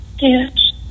Yes